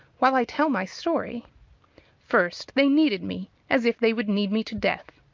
while i tell my story first they kneaded me as if they would knead me to death.